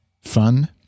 fun